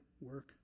work